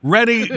Ready